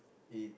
eat